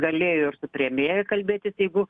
galėjo ir su premjere kalbėtis jeigu